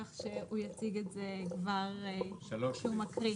כך שהוא יציג את זה כבר כשהוא מקריא.